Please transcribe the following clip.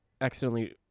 accidentally